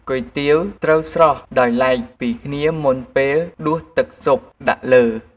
គុយទាវត្រូវស្រុះដោយឡែកពីគ្នាមុនពេល ដួសទឹកស៊ុបដាក់លើ។